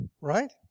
right